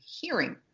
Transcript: hearing